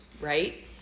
right